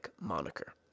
moniker